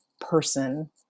person